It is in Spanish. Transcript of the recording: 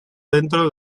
dentro